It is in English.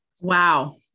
wow